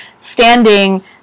standing